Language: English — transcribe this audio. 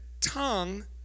tongue